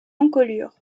encolure